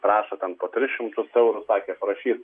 prašo ten po tris šimtus eurų sakė parašys